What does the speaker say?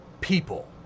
people